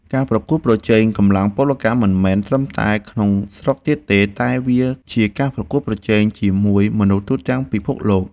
ការប្រកួតប្រជែងកម្លាំងពលកម្មមិនមែនត្រឹមតែក្នុងស្រុកទៀតទេ តែវាជាការប្រកួតប្រជែងជាមួយមនុស្សទូទាំងពិភពលោក។